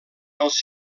els